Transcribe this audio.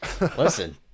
Listen